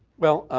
well,